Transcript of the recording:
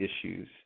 issues